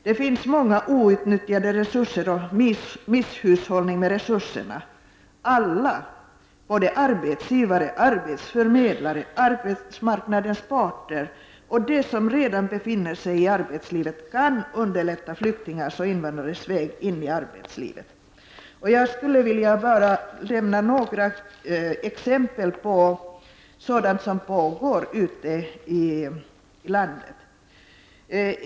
Det finns många outnyttjade resurser och mycken misshushållning med resurserna. Alla, arbetsgivare, arbetsförmedlare, arbetsmarkna dens parter och de som redan befinner sig i arbetslivet, kan underlätta flyktingar och invandrares väg in i arbetslivet, Jag skulle vilja nämna bara några få exempel på sådant som pågår ute i landet.